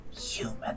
human